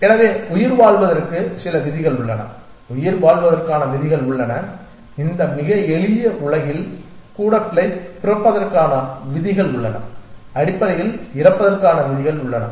எனவே உயிர்வாழ்வதற்கு சில விதிகள் உள்ளன உயிர்வாழ்வதற்கான விதிகள் உள்ளன இந்த மிக எளிய உலகில் கூட பிறப்பதற்கான விதிகள் உள்ளன அடிப்படையில் இறப்பதற்கான விதிகள் உள்ளன